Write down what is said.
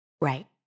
Right